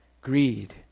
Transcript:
Greed